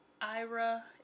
ira